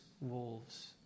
wolves